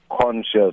conscious